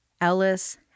Ellis